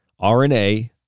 RNA